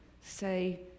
say